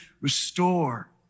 restore